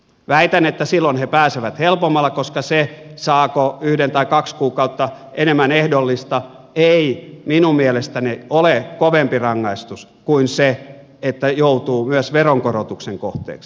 väitän että silloin he pääsevät helpommalla koska se saako yhden tai kaksi kuukautta enemmän ehdollista ei minun mielestäni ole kovempi rangaistus kuin se että joutuu myös veronkorotuksen kohteeksi